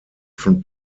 von